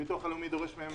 הביטוח הלאומי דורש מהם